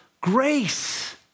grace